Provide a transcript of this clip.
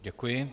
Děkuji.